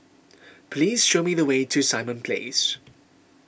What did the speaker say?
please show me the way to Simon Place